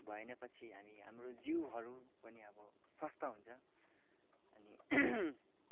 भएन पछि हामी हाम्रो जिउहरू पनि अब स्वस्थ हुन्छ अनि